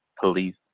police